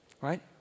Right